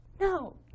No